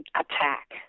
attack